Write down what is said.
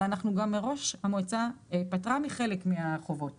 אבל מראש המועצה פטרה מחלק מהחובות